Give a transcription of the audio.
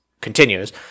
continues